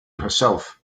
herself